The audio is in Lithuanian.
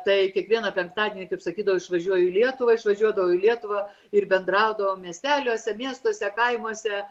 tai kiekvieną penktadienį kaip sakydavo išvažiuoju į lietuvą išvažiuodavau į lietuvą ir bendraudavom miesteliuose miestuose kaimuose